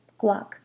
Guac